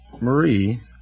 Marie